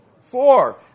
Four